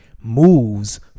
moves